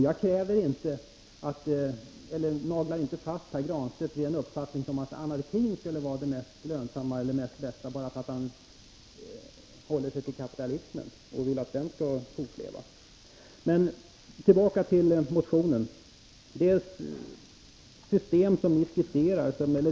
Jag naglar inte fast Pär Granstedt vid någon uppfattning att anarki skulle vara det bästa, bara för att han håller sig inom kapitalismen och vill att den skall fortleva. Men tillbaka till motionen!